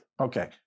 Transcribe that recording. Okay